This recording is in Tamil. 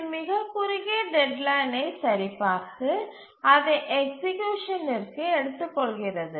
இது மிகக் குறுகிய டெட்லைனை சரிபார்த்து அதை எக்சீக்யூசனிற்கு எடுத்துக்கொள்கிறது